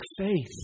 faith